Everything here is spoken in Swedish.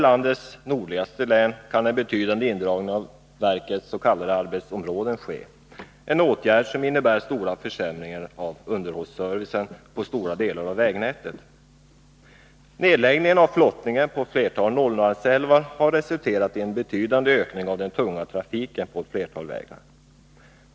landets nordligaste län kan en betydande indragning av verkets s.k. arbetsområden komma att ske, en åtgärd som innebär stora försämringar av underhållsservicen på stora delar av vägnätet. Nedläggningen av flottningen på ett flertal Norrlandsälvar har resulterat i en betydande ökning av den tunga trafiken på ett flertal vägar.